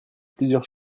plusieurs